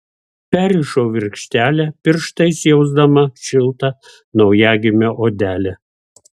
perrišau virkštelę pirštais jausdama šiltą naujagimio odelę